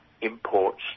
imports